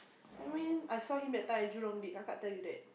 I mean I saw him that time at Jurong did Kaka tell you that